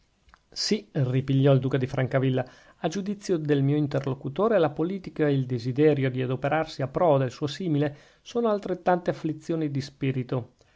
sì ripigliò il duca di francavilla a giudizio del mio interlocutore la politica e il desiderio di adoperarsi a pro del suo simile sono altrettante afflizioni di spirito